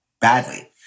badly